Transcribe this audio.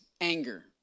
anger